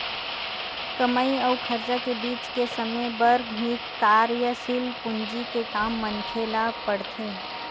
कमई अउ खरचा के बीच के समे बर ही कारयसील पूंजी के काम मनखे ल पड़थे